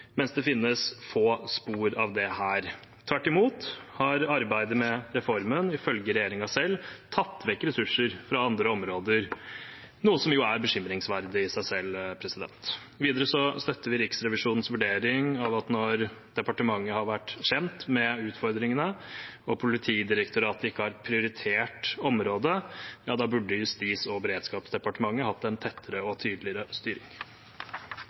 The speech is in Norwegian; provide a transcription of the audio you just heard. mens det finnes få spor av det her. Tvert imot har arbeidet med reformen, ifølge regjeringen selv, tatt vekk ressurser fra andre områder, noe som er bekymringsverdig i seg selv. Videre støtter vi Riksrevisjonens vurdering av at når departementet har vært kjent med utfordringene og Politidirektoratet ikke har prioritert området, burde Justis- og beredskapsdepartementet hatt en tettere og tydeligere styring.